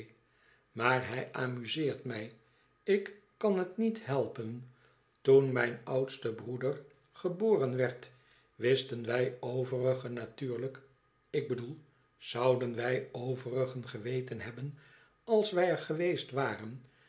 maar hij amuseert mij üc kan het niet helpen toen mijn oudste broeder geboren werd wisten wij overigen natuurlijk ik bedoel zouden wij overigen geweten hebben als wij er geweest waren